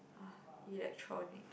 ah electronic